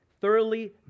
Thoroughly